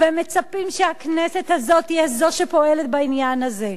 והם מצפים שהכנסת הזו תהיה זו שפועלת בעניין הזה,